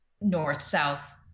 north-south